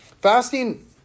Fasting